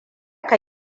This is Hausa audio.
ka